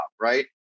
right